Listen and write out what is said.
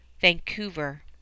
Vancouver